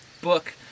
book